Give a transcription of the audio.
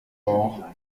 bauch